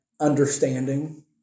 understanding